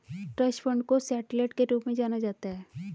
trust fund को settler के रूप में जाना जाता है